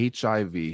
HIV